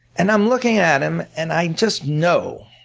and i'm looking at him and i just know,